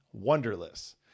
wonderless